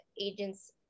agent's